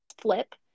flip